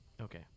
Okay